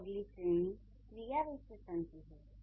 अब अगली श्रेणी क्रिया विशेषण की है